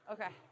Okay